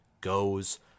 goes